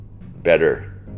better